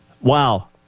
wow